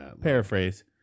Paraphrase